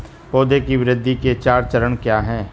पौधे की वृद्धि के चार चरण क्या हैं?